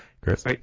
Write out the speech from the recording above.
Chris